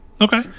Okay